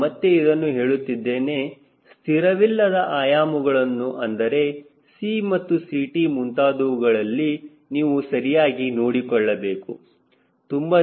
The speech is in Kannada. ನಾನು ಮತ್ತೆ ಇದನ್ನು ಹೇಳುತ್ತಿದ್ದೇನೆ ಸ್ಥಿರವಿಲ್ಲದ ಆಯಾಮಗಳನ್ನು ಅಂದರೆ C ಮತ್ತು Ct ಮುಂತಾದವುಗಳಲ್ಲಿ ನೀವು ಸರಿಯಾಗಿ ನೋಡಿಕೊಳ್ಳಬೇಕು